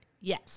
Yes